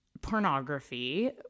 pornography